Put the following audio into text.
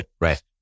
Right